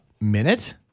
minute